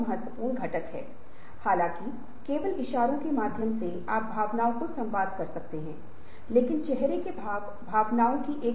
यह उत्पादन के लिए नई मशीनें हो सकती हैं या यह एक नया उत्पाद विकास हो सकता है या यह परिवर्तन को संसाधित कर सकता है कि काम कैसे किया जाता है या यह दृष्टि की प्राप्ति या संयंत्र आधुनिकीकरण और आदि हो सकता है